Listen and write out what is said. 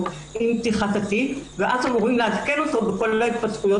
עם פתיחת התיק ואז אמורים לעדכן אותו בכל ההתפתחויות